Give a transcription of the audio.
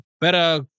better